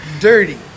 Dirty